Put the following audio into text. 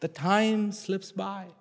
the time slips by